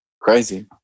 Crazy